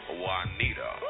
Juanita